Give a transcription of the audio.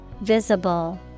Visible